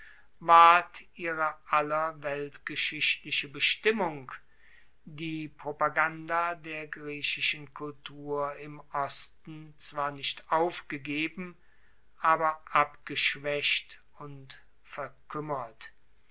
ward ihrer aller weltgeschichtliche bestimmung die propaganda der griechischen kultur im osten zwar nicht aufgegeben aber abgeschwaecht und verkuemmert